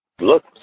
look